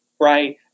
Right